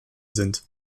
sind